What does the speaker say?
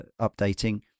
updating